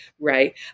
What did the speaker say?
right